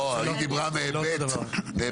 לא, היא דיברה מהיבט כספי.